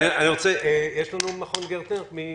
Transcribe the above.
מי